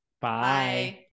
Bye